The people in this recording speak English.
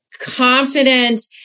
confident